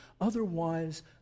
Otherwise